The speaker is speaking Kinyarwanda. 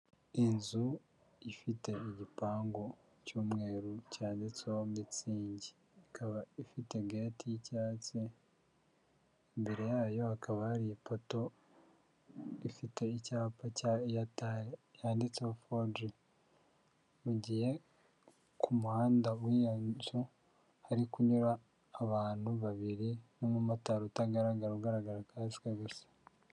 Inzu ifite igipangu cy'umweru cyanditseho mützig, ikaba ifite geti y'icyatsi, imbere yayo hakaba hari ipoto ifite icyapa cyanditseho fo ji, mu gihe ku muhanda w'iyo nzu hari kunyura abantu babiri n'umumotari utagaragara ugaragara kasike gusa.